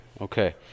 okay